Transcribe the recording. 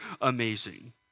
amazing